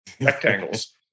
rectangles